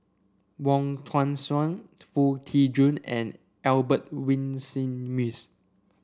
Wong Tuang Seng Foo Tee Jun and Albert Winsemius